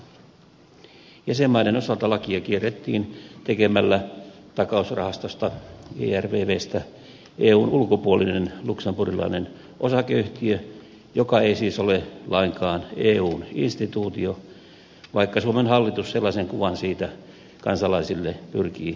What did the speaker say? jäsenmaiden osalta lakia kierrettiin tekemällä takausrahastosta ervvstä eun ulkopuolinen luxemburgilainen osakeyhtiö joka ei siis ole lainkaan eun instituutio vaikka suomen hallitus sellaisen kuvan siitä kansalaisille pyrkiikin antamaan